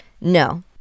No